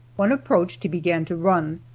when approached he began to run,